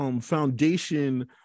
Foundation